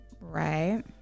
Right